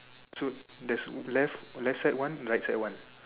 so there's left left side one and right side one